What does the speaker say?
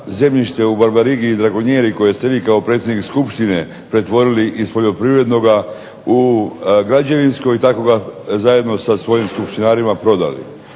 zemljište u Barbarigi i Dragonjeri koje ste vi kao predsjednik Skupštine pretvorili iz poljoprivrednoga u građevinsko i tako ga zajedno sa svojim skupštinarima prodali.